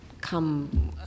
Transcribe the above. come